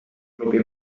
klubi